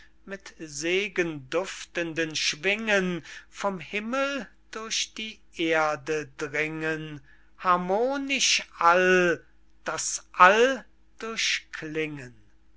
mit segenduftenden schwingen vom himmel durch die erde dringen harmonisch all das all